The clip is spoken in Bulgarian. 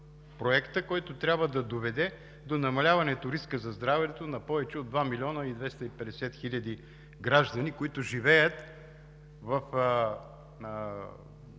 Проекта, който трябва да доведе до намаляване на риска за здравето на повече от 2 милиона и 250 хиляди граждани, които живеят в